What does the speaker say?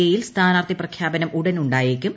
A യിൽ സ്ഥാനാർത്ഥി പ്രഖ്യാപനം ഉടൻ ഉണ്ടായേക്കും